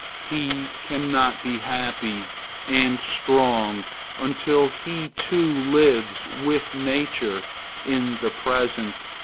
he cannot be happy and strong until he too lives with nature in the present,